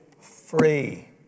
free